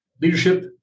Leadership